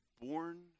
born